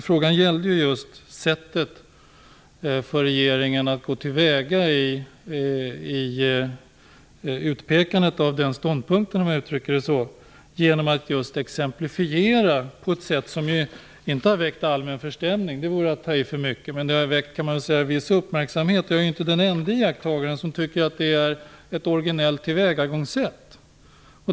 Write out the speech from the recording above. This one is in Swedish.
Frågan gällde just regeringens sätt att gå till väga i utpekandet av denna ståndpunkt genom att exemplifiera detta. Detta har inte väckt allmän förstämning - det vore att ta i för mycket - men det har väckt en viss uppmärksamhet. Jag är inte den ende iakttagaren som tycker att det är ett originellt tillvägagångssätt.